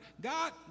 God